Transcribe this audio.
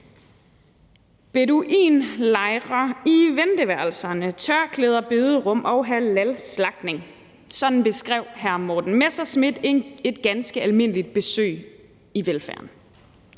Beduinlejre i venteværelserne, tørklæder, bederum og halalslagtning – sådan beskrev hr. Morten Messerschmidt et ganske almindeligt besøg i velfærden.